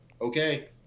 okay